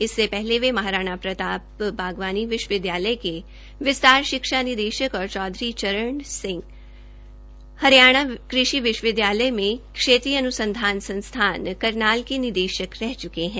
इससे पहले वे महाराणा प्रताप बागवानी विश्व विद्यालय के विस्तार शिक्षा निदेशक और चौधरी चरण सिंह हरियाणा कृषि विश्वविद्यालय में केन्द्रीय अनुसंधान संस्थान करनाल के निदेशक रह चुके हैं